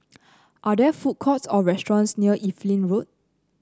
are there food courts or restaurants near Evelyn Road